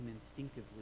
instinctively